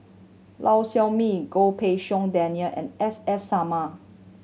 Lau Siew Mei Goh Pei Siong Daniel and S S Sarma